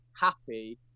happy